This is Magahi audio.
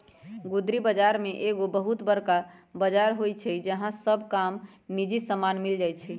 गुदरी बजार में एगो बहुत बरका बजार होइ छइ जहा सब काम काजी समान मिल जाइ छइ